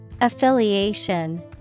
Affiliation